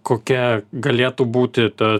kokia galėtų būti ta